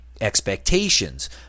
expectations